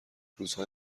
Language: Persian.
روزهای